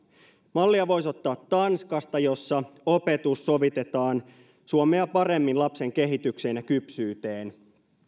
mallia voisi ottaa tanskasta jossa opetus sovitetaan suomea paremmin lapsen kehitykseen ja kypsyyteen